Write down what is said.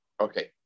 Okay